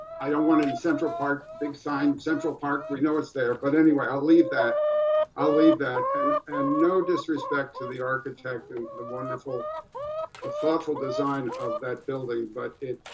i don't want to in central park big sign central park. we know it's there. but anyway, i'll leave i'll leave that and and no disrespect to the architect and the wonderful a thoughtful design of that building, but it,